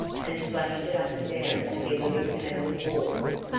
and flashed it up and down the heavily paneled walls.